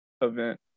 event